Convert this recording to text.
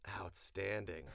outstanding